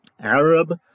Arab